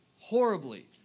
horribly